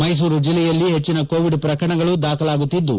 ಮೈಸೂರು ಜಲ್ಲೆಯಲ್ಲಿ ಹೆಚ್ಚಿನ ಕೊಎಡ್ ಪ್ರಕರಣಗಳು ದಾಖಲಾಗುತ್ತಿದ್ದು